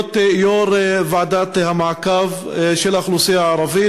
להיות יו"ר ועדת המעקב של האוכלוסייה הערבית,